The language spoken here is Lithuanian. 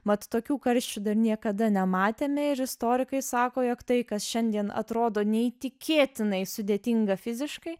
mat tokių karščių dar niekada nematėme ir istorikai sako jog tai kas šiandien atrodo neįtikėtinai sudėtinga fiziškai